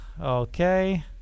Okay